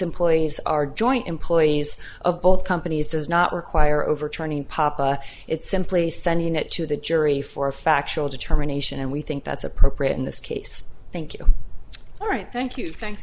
employees are joint employees of both companies does not require overturning papa it's simply sending it to the jury for a factual determination and we think that's appropriate in this case thank you all right thank you thank you